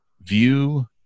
view